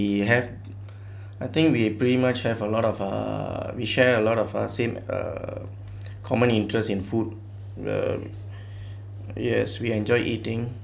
we have I think we pretty much have a lot of uh we share a lot of our same uh common interest in food yes we enjoy eating